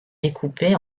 découpé